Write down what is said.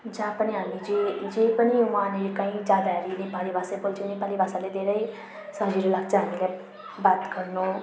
जहाँ पनि हामी जे जे पनि उहाँले कहीँ जाँदाखेरि नेपाली भाषै बोल्छौँ नेपाली भाषाले धेरै सजिलो लाग्छ हामीलाई बात गर्नु